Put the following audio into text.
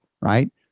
right